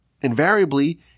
invariably